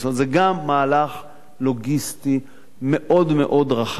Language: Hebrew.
זה גם מהלך לוגיסטי מאוד מאוד רחב,